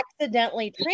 accidentally